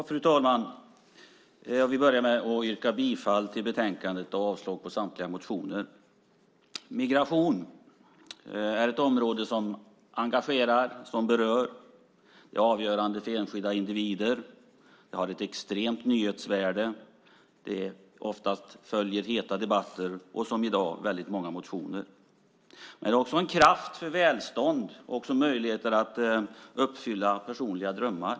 Fru talman! Jag vill börja med att yrka bifall till förslaget i betänkandet och avslag på samtliga motioner. Migration är ett område som engagerar och berör, är avgörande för enskilda individer, har ett extremt nyhetsvärde, utlöser heta debatter och, som i dag, leder till många motioner. Migration är också en kraft för välstånd och för möjligheten att uppfylla personliga drömmar.